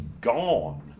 gone